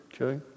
Okay